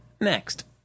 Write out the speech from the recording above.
next